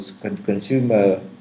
consumer